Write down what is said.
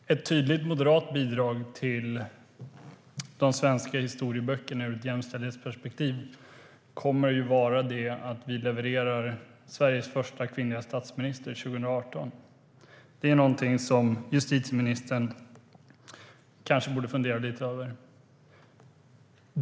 Fru talman! Ett tydligt moderat bidrag till de svenska historieböckerna ur ett jämställdhetsperspektiv kommer att vara det att vi levererar Sveriges första kvinnliga statsminister 2018. Det är någonting som justitieministern kanske borde fundera lite över.